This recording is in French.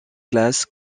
classes